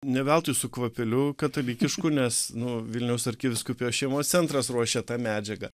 ne veltui su kvapeliu katalikišku nes nu vilniaus arkivyskupijos šeimos centras ruošia tą medžiagą